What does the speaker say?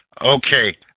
Okay